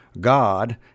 God